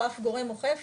או אף גורם אוכף,